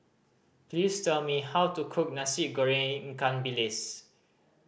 please tell me how to cook Nasi Goreng ikan bilis